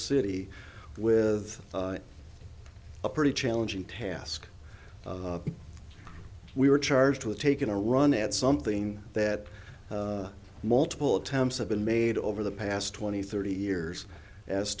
city with a pretty challenging task of we were charged with taking a run at something that multiple attempts have been made over the past twenty thirty years as